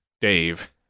Dave